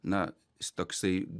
na jis toksai